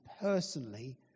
personally